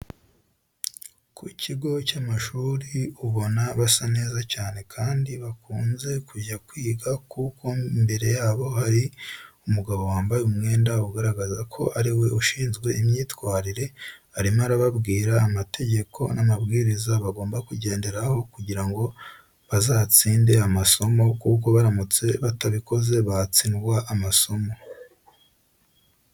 Ku kigo cy'amashuri ubona basa neza cyane kandi bakunze kujya kwiga kuko imbere yabo hari umugabo wambaye umwenda ugaragaza ko ariwe ushinzwe imyitwarire arimo arababwira amategeko n'amabwiriza bagomba kugenderaho kugira ngo bazatsinde amasomo kuko baramutse batabikoze batsindwa amasomo.